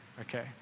okay